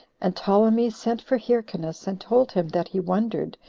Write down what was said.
and ptolemy sent for hyrcanus, and told him that he wondered,